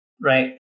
right